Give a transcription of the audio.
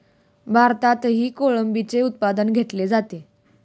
भारतातही कोळंबीचे उत्पादन घेतले जाते